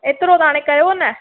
एतिरो त हाणे कयो न